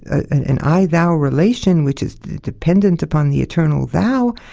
an i-thou relation which is dependent upon the eternal thou.